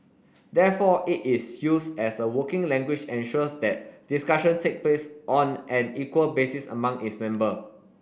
therefore it is use as a working language ensures that discussion take place on an equal basis among its member